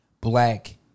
black